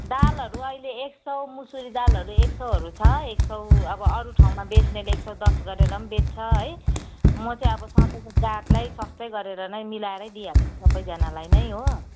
दालहरू अहिले एक सौ मुसुरी दालहरू एक सौहरू छ एक सौ अब अरू ठाउँमा बेच्नेले एक सौ दस गरेर पनि बेच्छ है म चाहिँ अब सधैँको ग्राहकलाई सस्तै गरेर नै मिलाएरै दिइहाल्छु सबैजनालाई नै हो